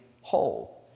whole